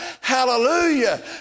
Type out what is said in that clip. Hallelujah